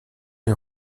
les